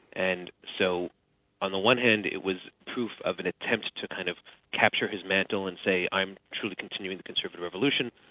and so on the one hand it was proof of and attempts to kind of capture his mantle and say i'm true to continuing the conservative revolution.